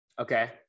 Okay